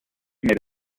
made